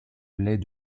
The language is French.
lait